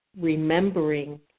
remembering